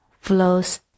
flows